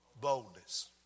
boldness